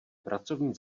pracovní